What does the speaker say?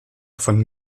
von